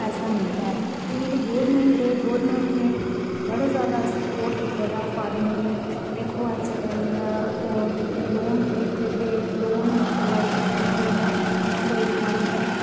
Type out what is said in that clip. पैसा मिलदा ऐ ते जेहड़ी गौरमैंट ऐ गौरमैंट ने बड़ा ज्यादा स्पोर्ट कीते दा ऐ फारमरें गी दिक्खो अजकल दित्ते दे लोन प्रोवाइड कीते दे न जि'यां कोई फारमर